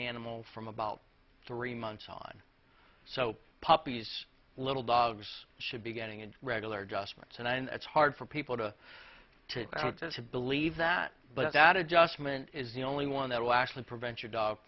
animal from about three months on so puppies little dogs should be getting a regular just months and i know it's hard for people to believe that but that adjustment is the only one that will actually prevent your dog